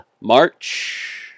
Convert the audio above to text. March